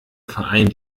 verein